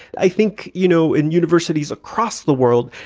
i think, you know, in universities across the world,